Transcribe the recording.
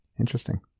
interesting